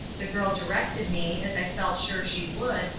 the girl directed me, as i felt sure she would,